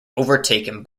overtaken